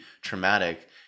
traumatic